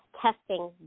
testing